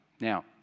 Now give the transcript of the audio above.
Now